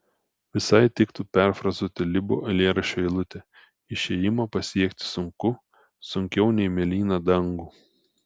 visai tiktų perfrazuoti libo eilėraščio eilutę išėjimą pasiekti sunku sunkiau nei mėlyną dangų